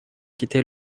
quitté